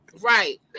Right